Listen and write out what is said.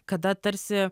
kada tarsi